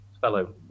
fellow